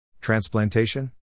Transplantation